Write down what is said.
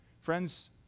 Friends